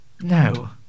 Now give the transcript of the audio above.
No